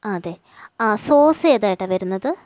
ആ അതെ ആ സോസ് ഏതാണ് ഏട്ടാ വരുന്നത്